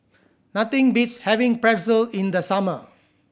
nothing beats having Pretzel in the summer